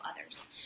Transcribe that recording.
others